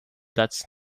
that’s